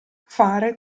fare